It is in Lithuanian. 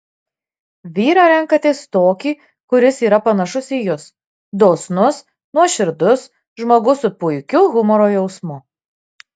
vyrą renkatės tokį kuris yra panašus į jus dosnus nuoširdus žmogus su puikiu humoro jausmu